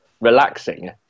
relaxing